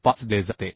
5 दिले जाते